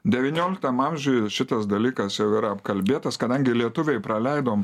devynioliktam amžiui šitas dalykas jau yra apkalbėtas kadangi lietuviai praleidom